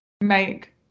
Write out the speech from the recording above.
make